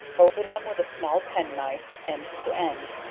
open them with a small pen-knife end to end,